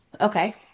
Okay